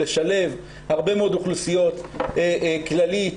לשלב הרבה מאוד אוכלוסיות כללית,